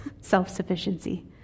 self-sufficiency